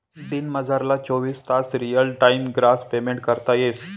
दिनमझारला चोवीस तास रियल टाइम ग्रास पेमेंट करता येस